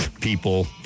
people